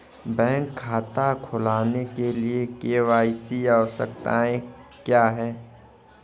Bank खाता खोलने के लिए के.वाई.सी आवश्यकताएं क्या हैं?